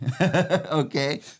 okay